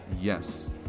yes